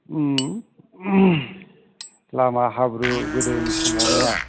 उम लामा हाब्रु गोदोनि समाव नङा